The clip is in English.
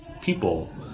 people